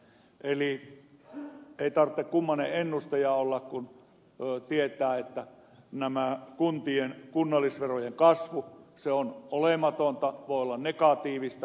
eli ei tarvitse kummoinen ennustaja olla kun tietää että tämä kuntien kunnallisverojen kasvu on olematonta voi olla negatiivista